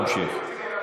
תמשיך.